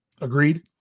Agreed